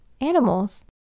animals